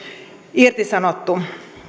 irtisanottu